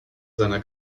seiner